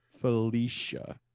Felicia